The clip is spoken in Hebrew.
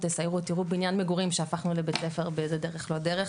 תסיירו ותראו בנין מגורים שהפכנו לבית ספר באיזה דרך לא דרך,